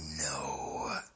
No